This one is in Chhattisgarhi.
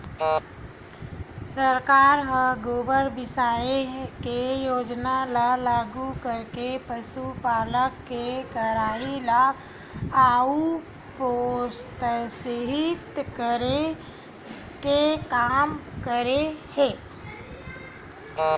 सरकार ह गोबर बिसाये के योजना ल लागू करके पसुपालन के करई ल अउ प्रोत्साहित करे के काम करे हे